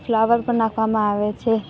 flower પણ નાંખવામાં આવે છે